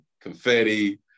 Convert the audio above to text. confetti